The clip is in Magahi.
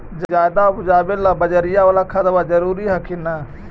ज्यादा उपजाबे ला बजरिया बाला खदबा जरूरी हखिन न?